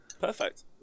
perfect